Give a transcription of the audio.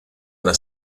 una